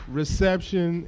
reception